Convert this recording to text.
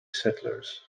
settlers